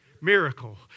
miracle